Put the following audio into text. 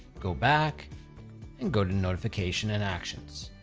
go back and go to notification and actions,